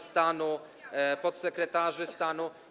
stanu, podsekretarzy stanu.